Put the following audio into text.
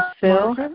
Phil